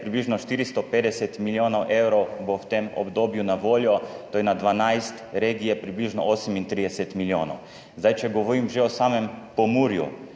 približno 450 milijonov evrov bo v tem obdobju na voljo, to je na 12 regij približno 38 milijonov. Če govorim že o samem Pomurju,